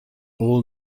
all